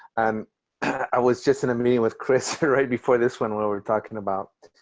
and i was just in a meeting with chris right before this one where we're talking about,